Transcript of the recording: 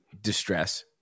distress